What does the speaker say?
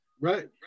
right